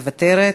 מוותרת.